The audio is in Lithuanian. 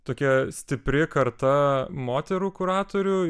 tokia stipri karta moterų kuratorių